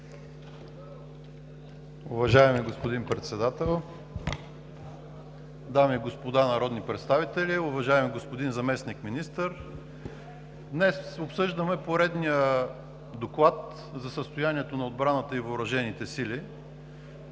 Уважаеми господин Председател, дами и господа народни представители, уважаеми господин Заместник-министър! Днес обсъждаме поредния доклад за състоянието на отбраната и въоръжените сили.